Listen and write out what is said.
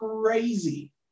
crazy